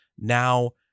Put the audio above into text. now